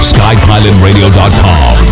SkyPilotRadio.com